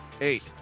Eight